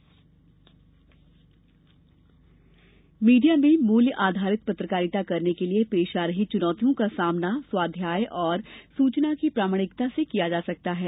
विमोचन मीडिया में मूल्य आधारित पत्रकारिता करने के लिये पेश आ रही चुनौतियों का सामना स्वाध्याय और सूचना की प्रामाणिकता से किया जा सकता है